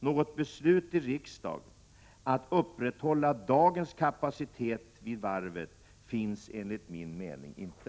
Något beslut i riksdagen att upprätthålla dagens kapacitet vid varvet finns enligt min mening inte.